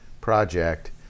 project